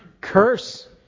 curse